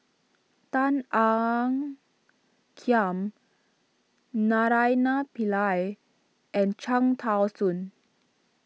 Tan Ean Kiam Naraina Pillai and Cham Tao Soon